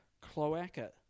cloaca